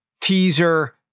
teaser